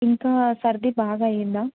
ఇంకా సర్ది బాగా అయ్యిందా